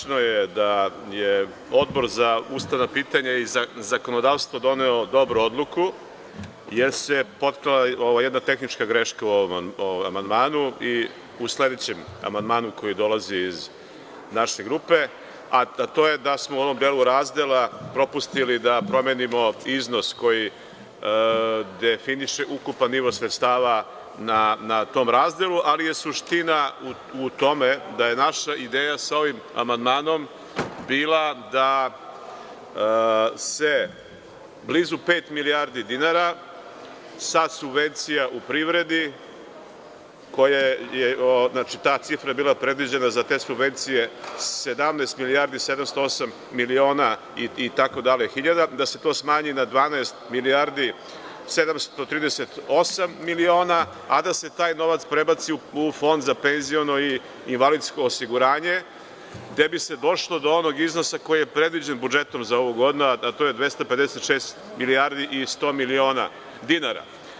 Tačno je da je Odbor za ustavna pitanja i zakonodavstvo doneo dobru odluku, jer se potkrala jedna tehnička greška u ovom amandmanu i u sledećem amandmanu koji dolazi iz naše grupe, a to je da smo u ovom delu razdela propustili da promenimo iznos koji definiše ukupan nivo sredstava na tom razdelu, ali je suština u tome da je naša ideja sa ovim amandmanom bila da se blizu pet milijardi dinara sa subvencija u privredi, ta cifra je bila predviđena za te subvencije, 17 milijardi i 708 miliona, itd. hiljada, da se to smanji na 12 milijardi 738 miliona, a da se taj novac prebaci u Fond za penziono i invalidsko osiguranje, gde bi se došlo do onog iznosa koji je predviđen budžetom za ovu godinu, a to je 256 milijardi i 100 miliona dinara.